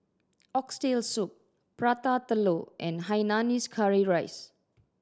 Oxtail Soup Prata Telur and hainanese curry rice